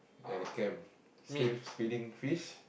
at the camp still